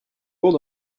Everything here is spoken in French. cours